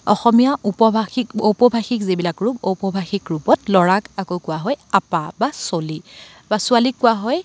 অসমীয়া উপভাষিক ঔপভাষিক যিবিলাক ৰূপ উপভাষিক ৰূপত ল'ৰাক আকৌ কোৱা হয় আপা বা চ'লি বা ছোৱালীক কোৱা হয়